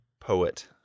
poet